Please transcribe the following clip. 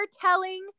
telling